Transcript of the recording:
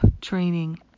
training